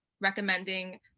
recommending